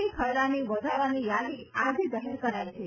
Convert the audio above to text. C ખરડાની વધારાની બાકાત યાદી આજે જાહેર કરાઈ છે